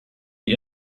die